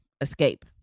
escape